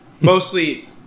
mostly